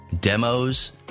demos